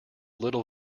little